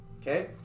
Okay